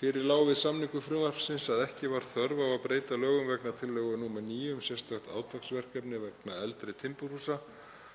Fyrir lá við samningu frumvarpsins að ekki var þörf á að breyta lögum vegna tillögu nr. 9, um sérstakt átaksverkefni vegna eldri timburhúsa,